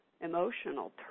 emotional